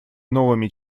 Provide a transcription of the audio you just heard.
новыми